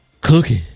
cooking